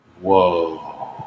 Whoa